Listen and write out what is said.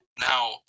Now